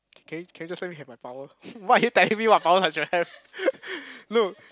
can you can you just let me have my power why are you telling me what power I should have look